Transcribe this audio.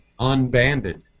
unbanded